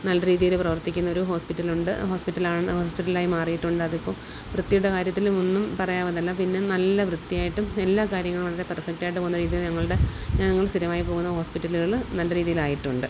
നല്ല രീതിയിൽ പ്രവർത്തിക്കുന്നൊരു ഹോസ്പിറ്റലുണ്ട് ഹോസ്പിറ്റലാണ് ഹോസ്പിറ്റലായി മാറിയിട്ടുണ്ടതിപ്പോൾ വൃത്തിയുടെ കാര്യത്തിൽ ഒന്നും പറയാവുന്നതല്ല പിന്നെ നല്ല വൃത്തിയായിട്ടും എല്ലാകാര്യങ്ങളും വളരെ പെർഫെക്റ്റായിട്ടു പോകുന്ന രീതീ ഞങ്ങളുടെ ഞങ്ങൾ സ്ഥിരമായി പോകുന്ന ഹോസ്പിറ്റലുകൾ നല്ല രീതിയിലായിട്ടുണ്ട്